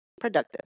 productive